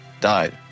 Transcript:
died